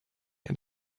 and